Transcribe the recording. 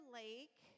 lake